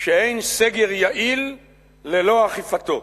שאין סגר יעיל ללא אכיפתו.